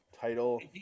title